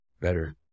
better